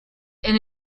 and